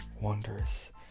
Wondrous